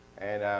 and